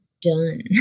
done